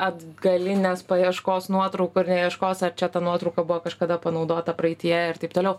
atgalinės paieškos nuotraukų ir neieškos ar čia ta nuotrauka buvo kažkada panaudota praeityje ir taip toliau